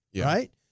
right